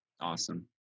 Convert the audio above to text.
Awesome